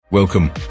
Welcome